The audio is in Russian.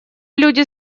люди